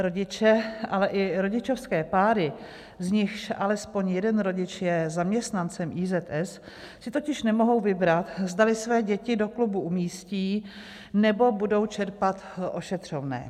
Rodiče, ale i rodičovské páry, z nichž alespoň jeden rodič je zaměstnancem IZS, si totiž nemohou vybrat, zdali své děti do klubu umístí, nebo budou čerpat ošetřovné.